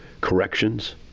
corrections